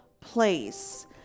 place